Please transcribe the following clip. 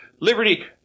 liberty